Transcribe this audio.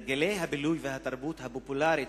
על הרגלי הבילוי והתרבות הפופולריים